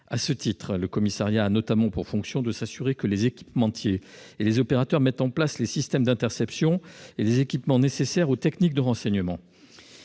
À ce titre, il a notamment pour fonction de s'assurer que les équipementiers et les opérateurs mettent en place les systèmes d'interception et les équipements nécessaires aux techniques de renseignement.